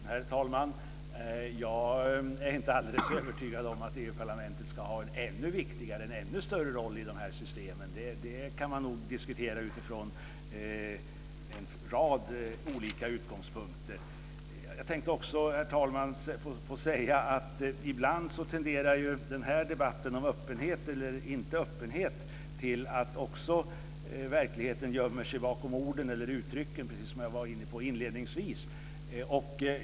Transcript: Herr talman! Jag är inte alldeles övertygad om att EU-parlamentet ska ha en ännu viktigare, ännu större roll i de här systemen. Det kan man nog diskutera utifrån en rad olika utgångspunkter. Jag tänkte också, herr talman, få säga att i debatten om öppenhet eller inte öppenhet tenderar verkligheten ibland att gömma sig bakom orden och uttrycken, precis som jag var inne på inledningsvis.